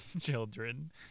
children